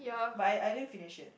but I I didn't finish it